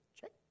check